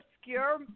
obscure